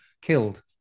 killed